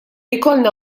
jkollna